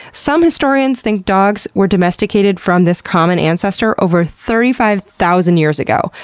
some historians think dogs were domesticated from this common ancestor over thirty five thousand years ago.